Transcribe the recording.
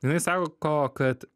jinai sako kad